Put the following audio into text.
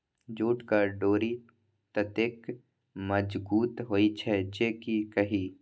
जूटक डोरि ततेक मजगुत होए छै जे की कही